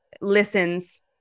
listens